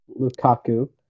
Lukaku